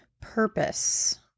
purpose